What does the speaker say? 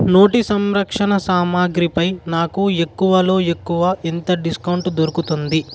నోటి సంరక్షణ సామాగ్రి పై నాకు ఎక్కువలో ఎక్కువ ఎంత డిస్కౌంట్ దొరుకుతుంది